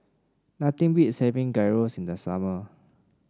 nothing beats having Gyros in the summer